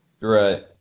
right